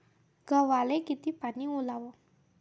गव्हाले किती पानी वलवा लागते?